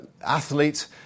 athlete